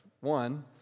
One